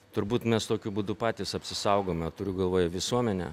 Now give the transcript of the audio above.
turbūt mes tokiu būdu patys apsisaugome turiu galvoje visuomenę